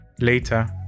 Later